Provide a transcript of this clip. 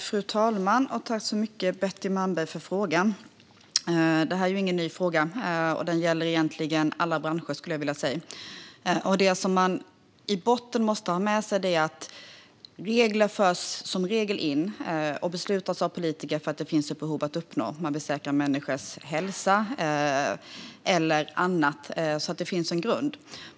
Fru talman! Tack, Betty Malmberg, för frågan! Det här är ingen ny fråga, och den gäller egentligen alla branscher. Det man i botten måste ha med sig är att regler införs och beslutas av politiker för att det finns ett behov att uppnå, till exempel att säkra människors hälsa eller något annat.